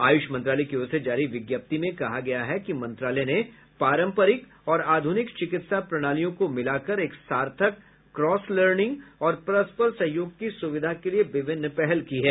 आयुष मंत्रालय की ओर से जारी विज्ञप्ति में कहा गया है कि मंत्रालय ने पारंपरिक और आधुनिक चिकित्सा प्रणालियों को मिलाकर एक सार्थक क्रॉस लर्निंग और परस्पर सहयोग की सुविधा के लिए विभिन्न पहल की है